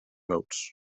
modes